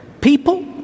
people